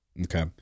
Okay